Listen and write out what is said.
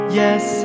yes